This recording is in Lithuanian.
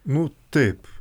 nu taip